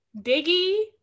diggy